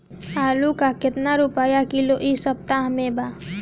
आलू का कितना रुपया किलो इह सपतह में बा?